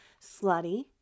slutty